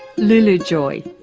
lulu joy.